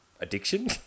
Addiction